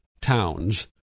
towns